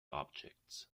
objects